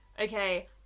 okay